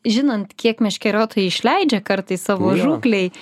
žinant kiek meškeriotojai išleidžia kartais savo žūklei